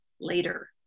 Later